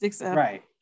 right